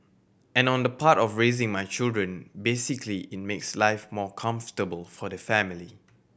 and on the part of raising my children basically it makes life more comfortable for the family